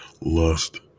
lust